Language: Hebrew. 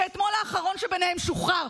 ואתמול האחרון שבניהם שוחרר.